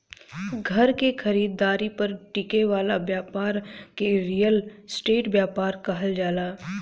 घर के खरीदारी पर टिके वाला ब्यपार के रियल स्टेट ब्यपार कहल जाला